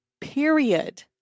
period